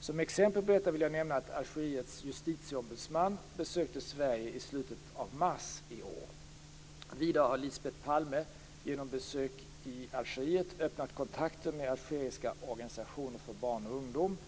Som exempel på detta vill jag nämna att Algeriets justitieombudsman, le Médiateur de la République, besökte Sverige i slutet av mars i år. Vidare har Lisbeth Palme genom besök i Algeriet öppnat kontakter med algeriska organisationer för barn och ungdom.